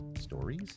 stories